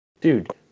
Dude